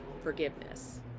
forgiveness